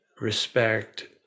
respect